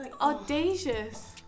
Audacious